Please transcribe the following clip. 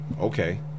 Okay